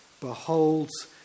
beholds